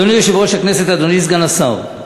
אדוני יושב-ראש הכנסת, אדוני סגן השר,